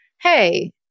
Hey